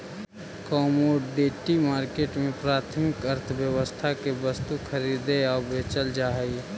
commodity market में प्राथमिक अर्थव्यवस्था के वस्तु खरीदी आऊ बेचल जा हइ